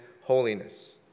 holiness